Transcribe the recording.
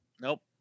Nope